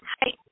Hi